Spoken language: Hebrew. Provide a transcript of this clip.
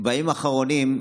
בימים האחרונים,